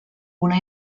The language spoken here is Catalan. una